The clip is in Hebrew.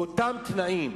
באותם תנאים,